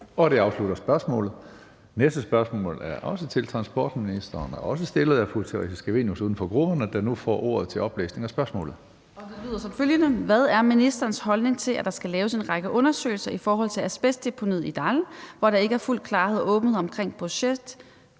Det afslutter spørgsmålet. Det næste spørgsmål er også til transportministeren og er også stillet af fru Theresa Scavenius, uden for grupperne. Kl. 14:54 Spm. nr. S 911 18) Til transportministeren af: Theresa Scavenius (UFG): Hvad er ministerens holdning til, at der skal laves en række undersøgelser i forhold til asbestdeponiet i Dall, hvor der ikke er fuld klarhed og åbenhed over proces,